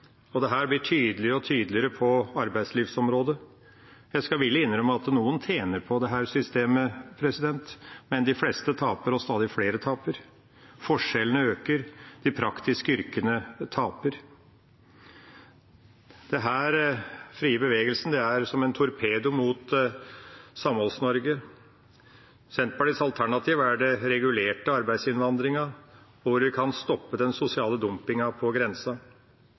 blir tydeligere og tydeligere på arbeidslivsområdet. Jeg skal villig innrømme at noen tjener på dette systemet, men de fleste taper, og stadig flere taper. Forskjellene øker, de praktiske yrkene taper. Den frie bevegelsen er som en torpedo mot Samholds-Norge. Senterpartiets alternativ er den regulerte arbeidsinnvandringen hvor vi kan stoppe den sosiale dumpingen på grensa.